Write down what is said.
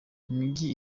imijyi